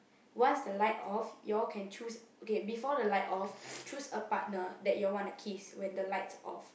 once the light off you all can choose okay before the light off choose a partner that you all want to kiss when the lights off